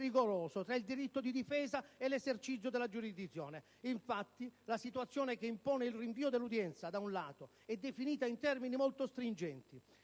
rigoroso tra il diritto di difesa e l'esercizio della giurisdizione. Infatti, la situazione che impone il rinvio dell'udienza, da un lato, è definita in termini molto stringenti: